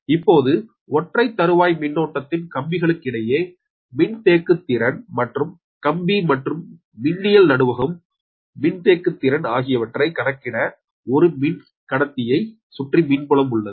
இப்போது ஒற்றைத் தறுவாய்மின்னோட்டதின் கம்பிகளுக்கிடையே மின்தேக்குத் திறன் மற்றும் கம்பி மற்றும் மின்னியல் நடுவகம் மின்தேக்குத் திறன் ஆகியவற்றை கணக்கிட ஒரு மின் கடைதியை சுற்றி மின்புலம் உள்ளது